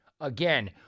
Again